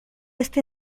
este